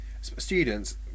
Students